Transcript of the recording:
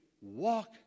walk